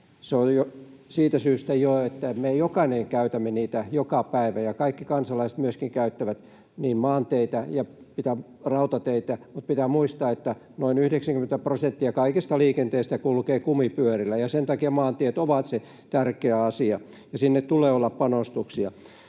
esille jo siitä syystä, että me jokainen käytämme niitä joka päivä ja kaikki kansalaiset myöskin käyttävät niin maanteitä kuin rautateitä. Mutta pitää muistaa, että noin 90 prosenttia kaikesta liikenteestä kulkee kumipyörillä, ja sen takia maantiet ovat se tärkeä asia ja sinne tulee olla panostuksia.